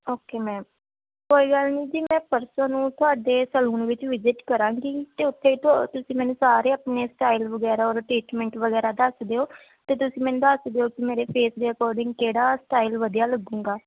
okay ma'am ਕੋਈ ਗੱਲ ਨਹੀਂ ਜੀ ਮੈਂ ਪਰਸੋਂ ਨੂੰ ਤੁਹਾਡੇ ਸਲੂਨ ਵਿੱਚ ਵਿਜਿਟ ਕਰਾਂਗੀ ਅਤੇ ਉੱਤੇ ਤੋਂ ਤੁਸੀਂ ਮੈਨੂੰ ਸਾਰੇ ਆਪਣੇ ਸਟਾਈਲ ਵਗੈਰਾ ਔਰ ਟਰੀਟਮੈਂਟ ਵਗੈਰਾ ਦੱਸ ਦਿਓ ਅਤੇ ਤੁਸੀਂ ਮੈਨੂੰ ਦੱਸ ਦਿਓ ਕਿ ਮੇਰੇ ਫੇਸ ਦੇ ਅਕੋਰਡਿੰਗ ਕਿਹੜਾ ਸਟਾਈਲ ਵਧੀਆ ਲੱਗੂਂਗਾ